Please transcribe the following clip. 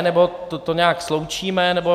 Nebo to nějak sloučíme, nebo...